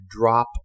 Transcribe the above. drop